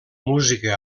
música